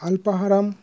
अल्पाहारम्